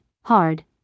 hard